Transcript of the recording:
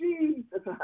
Jesus